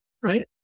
right